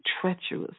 treacherous